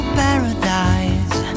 paradise